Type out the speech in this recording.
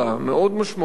מאוד משמעותית,